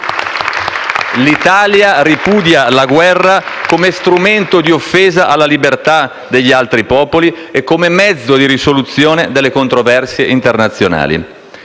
«L'Italia ripudia la guerra come strumento di offesa alla libertà degli altri popoli e come mezzo di risoluzione delle controversie internazionali».